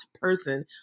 person